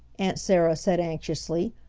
aunt sarah said, anxiously.